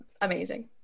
amazing